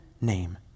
name